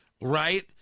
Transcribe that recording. right